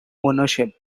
ownership